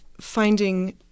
finding